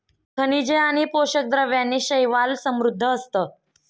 खनिजे आणि पोषक द्रव्यांनी शैवाल समृद्ध असतं